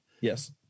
Yes